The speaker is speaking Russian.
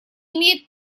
имеет